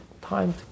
time